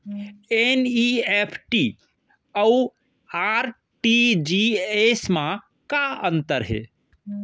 NEFT अऊ RTGS मा का अंतर हे?